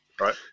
right